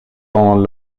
dans